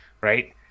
right